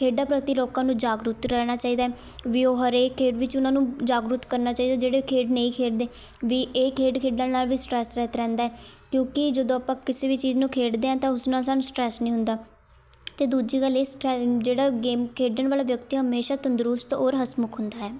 ਖੇਡਾਂ ਪ੍ਰਤੀ ਲੋਕਾਂ ਨੂੰ ਜਾਗਰੂਕ ਰਹਿਣਾ ਚਾਹੀਦਾ ਹੈ ਵੀ ਉਹ ਹਰੇਕ ਖੇਡ ਵਿੱਚ ਉਹਨਾਂ ਨੂੰ ਜਾਗਰੂਕ ਕਰਨਾ ਚਾਹੀਦਾ ਜਿਹੜੇ ਖੇਡ ਨਹੀਂ ਖੇਡਦੇ ਵੀ ਇਹ ਖੇਡ ਖੇਡਣ ਨਾਲ ਵੀ ਸਟਰੈੱਸ ਰਹਿਤ ਰਹਿੰਦਾ ਹੈ ਕਿਉਂਕਿ ਜਦੋਂ ਆਪਾਂ ਕਿਸੇ ਵੀ ਚੀਜ਼ ਨੂੰ ਖੇਡਦੇ ਹਾਂ ਤਾਂ ਉਸ ਨਾਲ ਸਾਨੂੰ ਸਟਰੈੱਸ ਨਹੀਂ ਹੁੰਦਾ ਅਤੇ ਦੂਜੀ ਗੱਲ ਇਸ ਟਾਇਮ ਜਿਹੜਾ ਗੇਮ ਖੇਡਣ ਵਾਲਾ ਵਿਅਕਤੀ ਹਮੇਸ਼ਾਂ ਤੰਦਰੁਸਤ ਔਰ ਹਸਮੁਖ ਹੁੰਦਾ ਹੈ